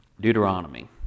Deuteronomy